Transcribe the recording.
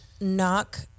knock